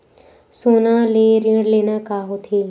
सोना ले ऋण लेना का होथे?